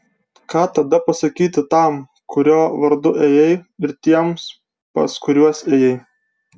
ką tada pasakyti tam kurio vardu ėjai ir tiems pas kuriuos ėjai